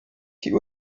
die